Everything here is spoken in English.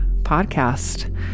Podcast